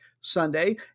Sunday